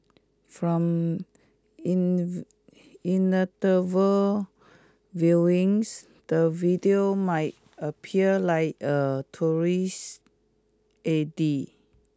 from viewings the video might appear like a tourist A D